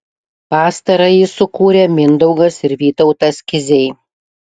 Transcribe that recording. pastarąjį sukūrė mindaugas ir vytautas kiziai